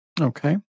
Okay